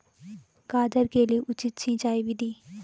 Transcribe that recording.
गाजर के लिए उचित सिंचाई विधि?